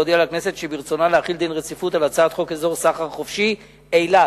להודיע לכנסת שברצונה להחיל דין רציפות על הצעת חוק אזור סחר חופשי אילת